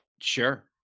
Sure